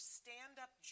stand-up